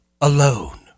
Alone